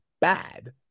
bad